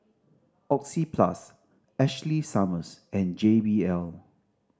Oxyplus Ashley Summers and J B L